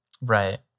right